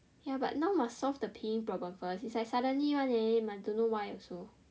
ya but now must solve the peeing problem first it's like suddenly [one] leh I don't know why also